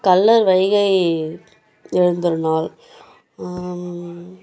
கள்ளர் வைகை எழுந்தருளும் நாள்